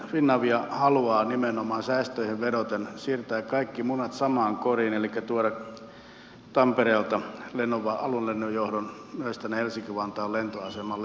finavia haluaa nimenomaan säästöihin vedoten siirtää kaikki munat samaan koriin elikkä tuoda tampereelta aluelennonjohdon myös tänne helsinki vantaan lentoasemalle